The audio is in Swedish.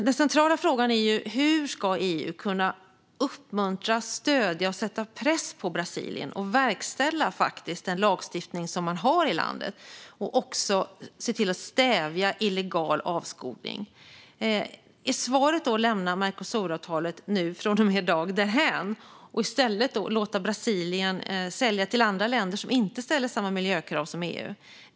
Den centrala frågan är hur EU ska kunna uppmuntra, stödja och sätta press på Brasilien att verkställa den lagstiftning som man har i landet och se till att illegal avskogning stävjas. Är svaret att lämna Mercosuravtalet därhän från och med i dag och i stället låta Brasilien sälja till andra länder som inte ställer samma miljökrav som EU?